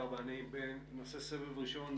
נעשה סבב ראשון,